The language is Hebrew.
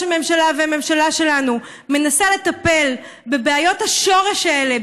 הממשלה והממשלה שלנו מנסה לטפל בבעיות השורש האלה,